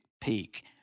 peak